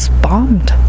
bombed